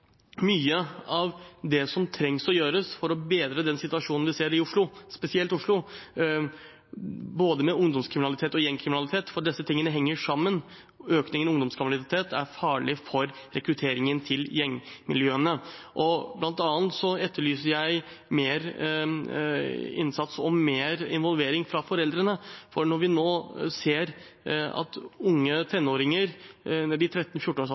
av det som trengs å gjøres for å bedre den situasjonen vi ser spesielt i Oslo, med både ungdomskriminalitet og gjengkriminalitet. Disse tingene henger sammen – økningen i ungdomskriminalitet er farlig for rekrutteringen til gjengmiljøene. Blant annet etterlyser jeg mer innsats og mer involvering fra foreldrene. Når vi nå ser at unge